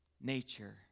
nature